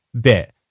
bit